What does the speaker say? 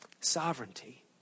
Sovereignty